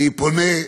אני פונה,